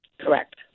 Correct